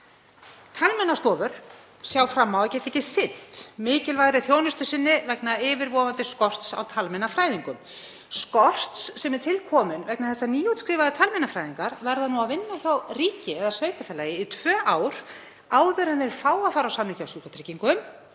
Talmeinastofur sjá fram á að geta ekki sinnt mikilvægri þjónustu sinni vegna yfirvofandi skorts á talmeinafræðingum, skorts sem er til kominn vegna þess að nýútskrifaðir talmeinafræðingar verða að vinna hjá ríki eða sveitarfélagi í tvö ár áður en þeir fá að fara á samning hjá Sjúkratryggingum